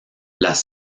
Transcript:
las